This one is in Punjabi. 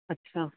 ਅੱਛਾ